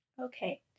Okay